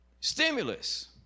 stimulus